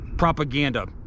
Propaganda